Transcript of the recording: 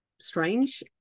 strange